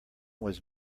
was